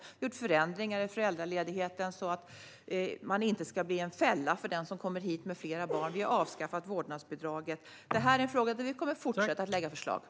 Vi har gjort förändringar i föräldraledigheten så att det inte ska bli en fälla för den som kommer hit med flera barn. Vi har avskaffat vårdnadsbidraget. Detta är ett område där vi kommer att fortsätta att lägga fram förslag.